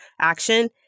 action